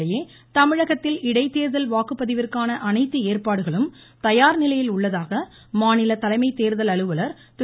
இதனிடையே தமிழகத்தில் இடைத்தேர்தல் வாக்குப்பதிவிற்கான அனைத்து ஏற்பாடுகளும் தயார்நிலையில் உள்ளதாக மாநில தலைமை தேர்தல் அலுவலர் திரு